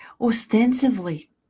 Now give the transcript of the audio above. Ostensibly